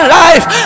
life